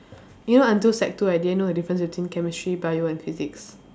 you know until sec two I didn't know the difference between chemistry bio and physics